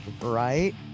right